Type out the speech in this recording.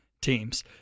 teams